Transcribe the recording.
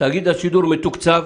ותאגיד השידור מתוקצב.